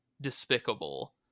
despicable